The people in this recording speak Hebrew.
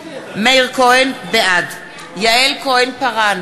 בעד יעל כהן-פארן,